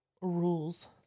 rules